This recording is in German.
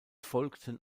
folgten